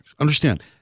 Understand